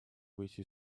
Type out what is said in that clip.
выйти